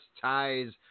ties